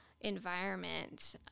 environment